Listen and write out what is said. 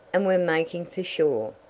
and were making for shore.